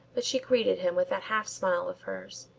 but she greeted him with that half smile of hers.